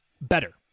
better